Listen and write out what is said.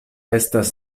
estas